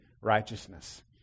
righteousness